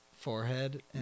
forehead